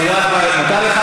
תודה רבה לך,